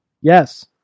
Yes